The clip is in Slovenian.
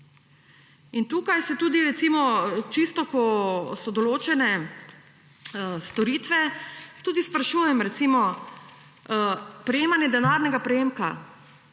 In tukaj se tudi recimo, ko so določene storitve, tudi sprašujem glede prejemanja denarnega prejemka.